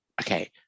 Okay